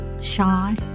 shy